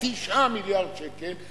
9 מיליארד שקל.